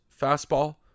fastball